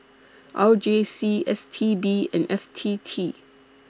R J C S T B and F T T